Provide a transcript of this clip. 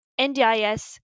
NDIS